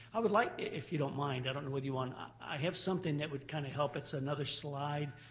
i would like, if you don't mind, i don't know whether you want. i have something that would kind of help. it's another slide,